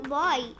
boy